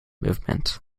movement